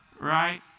right